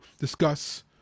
discuss